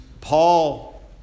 Paul